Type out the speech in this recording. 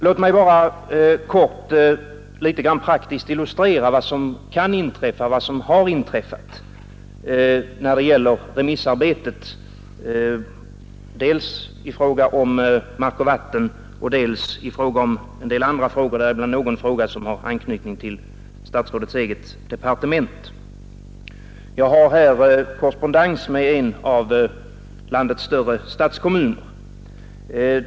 Låt mig bara helt kort praktiskt illustrera vad som kan inträffa och vad som har inträffat i remissarbetet. Det gäller dels frågor om mark och vatten, dels en del andra frågor, däribland någon som har anknytning till statsrådets eget departement. Jag har här korrespondens med en av landets större kommuner.